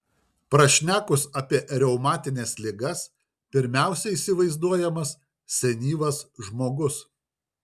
prašnekus apie reumatines ligas pirmiausia įsivaizduojamas senyvas žmogus